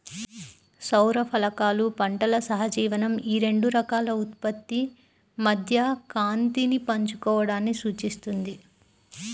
సౌర ఫలకాలు పంటల సహజీవనం ఈ రెండు రకాల ఉత్పత్తి మధ్య కాంతిని పంచుకోవడాన్ని సూచిస్తుంది